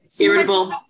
Irritable